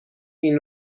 این